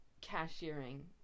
cashiering